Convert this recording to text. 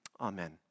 amen